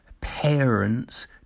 Parents